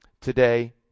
today